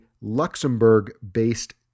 Luxembourg-based